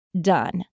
done